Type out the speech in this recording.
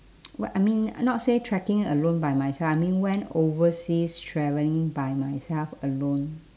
what I mean not say trekking alone by myself I mean went overseas travelling by myself alone